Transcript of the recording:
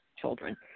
children